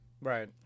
right